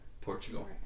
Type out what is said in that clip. Portugal